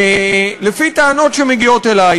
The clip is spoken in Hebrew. לפי טענות שמגיעות אלי,